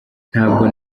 ntabwo